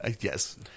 Yes